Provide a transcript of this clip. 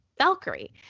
valkyrie